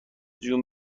جون